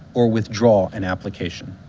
or withdraw an application.